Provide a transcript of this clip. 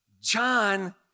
John